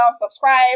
Subscribe